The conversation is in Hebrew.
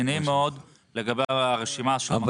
רציניים מאוד לגבי הרשימה של המחלות שדוד הציג.